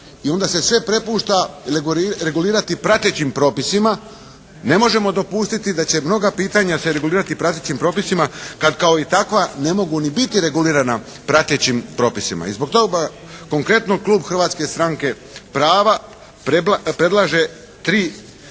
i onda se sve prepušta regulirati pratećim propisima ne možemo dopustiti da će mnoga pitanja se regulirati pratećim propisima kad kao i takva ne mogu ni biti regulirana pratećim propisima i zbog toga konkretno klub Hrvatske stranke prava predlaže tri